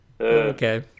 Okay